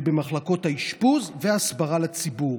ובמחלקות האשפוז והסברה לציבור.